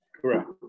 correct